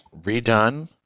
redone